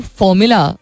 formula